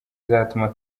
izatuma